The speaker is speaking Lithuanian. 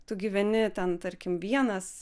tu gyveni ten tarkim vienas